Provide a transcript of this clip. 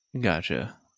Gotcha